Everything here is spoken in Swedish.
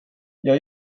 jag